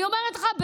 אני אומרת לך,